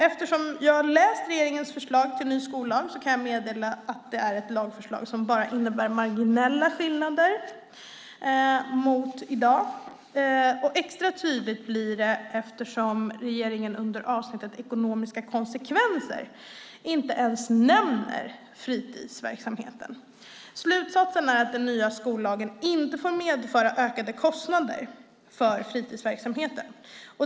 Eftersom jag har läst regeringens förslag till ny skollag kan jag meddela att det är ett lagförslag som innebär bara marginella skillnader mot i dag. Extra tydligt blir det eftersom regeringen under avsnittet Ekonomiska och andra konsekvenser inte ens nämner fritidsverksamheten. Slutsatsen är att den nya skollagen inte får medföra ökade kostnader för fritidsverksamheten.